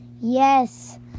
Yes